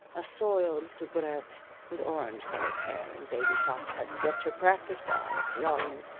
a soiled soubrette with orange-colored hair and baby socks had swept her practiced eye over the audience,